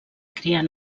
crear